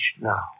now